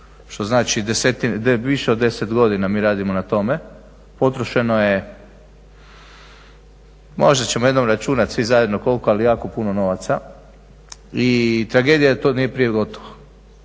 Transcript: što znači više od 10 godina mi radimo na tome. Potrošeno je, možda ćemo jednom računati svi zajedno ali jako puno novaca i tragedija je to da nije prije gotovo.